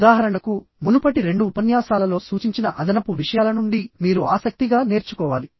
ఉదాహరణకు మునుపటి రెండు ఉపన్యాసాలలో సూచించిన అదనపు విషయాల నుండి మీరు ఆసక్తిగా నేర్చుకోవాలి